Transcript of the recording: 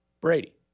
Brady